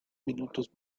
minutos